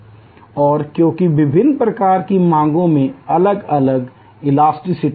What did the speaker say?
और क्योंकि विभिन्न प्रकार की मांगों में अलग अलग लोच है